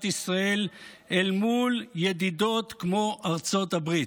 ישראל אל מול ידידות כמו ארצות הברית.